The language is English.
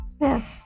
Yes